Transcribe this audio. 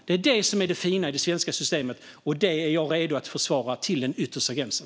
Det är det som är det fina i det svenska systemet, och det är jag redo att försvara till den yttersta gränsen.